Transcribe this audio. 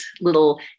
little